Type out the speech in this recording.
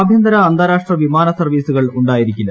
ആഭ്യന്തര അന്താരാഷാട്ര വിമാന സർവ്വീസുകൾ ക്കള്ളടായിരിക്കില്ല